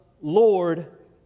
Lord